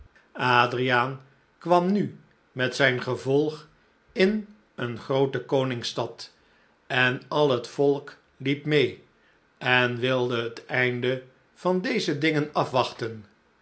adriaan kwam nu met zijn gevolg in eene groote koningsstad en al t volk liep meê en wilde het einde van deze dingen afwachten